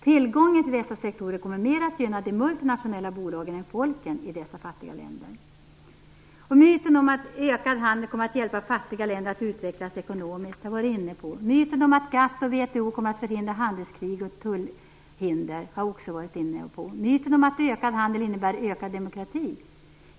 Tillgången till dessa sektorer kommer mer att gynna de multinationella bolagen än folken i dessa fattiga länder. Det gäller myten om att ökad handel kommer att hjälpa fattiga länder att utvecklas ekonomiskt. Detta har jag redan varit inne på. Det gäller myten om att GATT och VHO kommer att förhindra handelskrig och tullhinder. Även detta har jag varit inne på. Det gäller myten om att ökad handel innebär ökad demokrati.